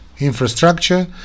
infrastructure